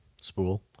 spool